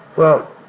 well,